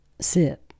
Sit